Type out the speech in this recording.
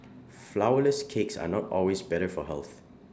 Flourless Cakes are not always better for health